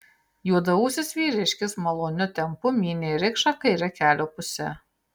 juodaūsis vyriškis maloniu tempu mynė rikšą kaire kelio puse